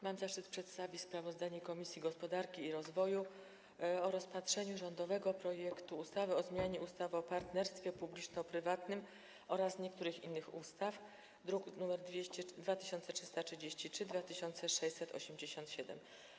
Mam zaszczyt przedstawić sprawozdanie Komisji Gospodarki i Rozwoju o rządowym projekcie ustawy o zmianie ustawy o partnerstwie publiczno-prywatnym oraz niektórych innych ustaw, druki nr 2333 i 2687.